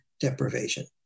deprivation